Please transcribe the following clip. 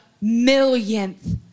millionth